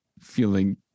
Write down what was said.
feeling